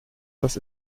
was